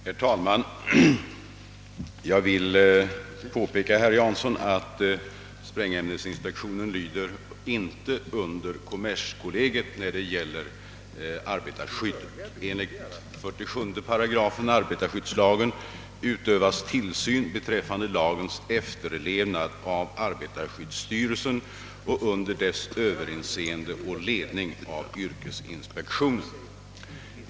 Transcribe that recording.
Herr talman! Jag vill påpeka att sprängämnesinspektionen inte lyder under kommerskollegium när det gäller arbetarskyddet. Enligt 47 § arbetarskyddslagen utövas tillsyn beträffande lagens efterlevnad av arbetarskyddsstyrelsen och under dess överinseende och ledning av yrkesinspektionen.